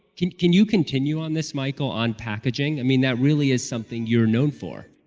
can can you continue on this, michael, on packaging? i mean that really is something you're known for.